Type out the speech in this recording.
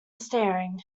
staring